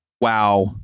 Wow